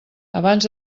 abans